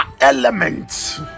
element